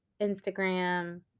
Instagram